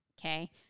Okay